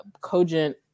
cogent